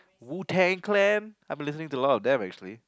Wu-Tang-Clan I'm listening to a lot of them actually